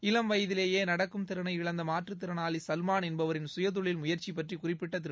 இளம் வயதிலேயே நடக்கும் திறனை இழந்த மாற்றுத்திறனாளி சல்மான் என்பவரின் சுயதொழில் முயற்சி பற்றி குறிப்பிட்ட திரு